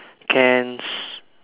cans